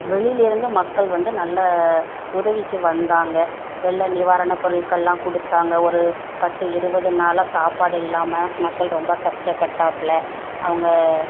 வெளியிலேருந்து மக்கள் வந்து நல்ல உதவிக்கு வந்தாங்க வெள்ள நிவாரணப் பொருட்களெலாம் கொடுத்தாங்க ஒரு பத்து இருபது நாளாக சாப்பாடு இல்லாமல் மக்கள் ரொம்ப கஷ்டப்பட்டாப்புல அவுங்க